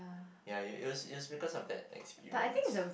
ya it was it was because of that experience